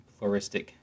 floristic